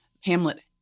Hamlet